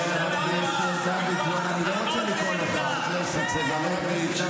כל מה שקרה ב-7 באוקטובר על הפרצוף שלכם.